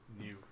new